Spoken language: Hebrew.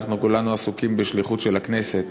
כשאנחנו כולנו עסוקים בשליחות של הכנסת